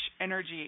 energy